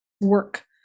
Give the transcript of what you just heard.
work